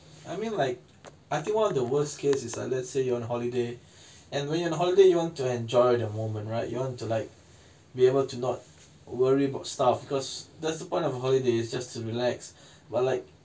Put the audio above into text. I mean like I think one of the worst case is like let's say you're on holiday and when you're on holiday you want to enjoy the moment right you want to like be able to not worry about stuff because that's the point of holidays just to relax but like